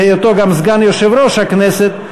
בהיותו גם סגן יושב-ראש הכנסת,